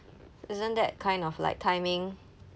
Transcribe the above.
isn't that kind of like timing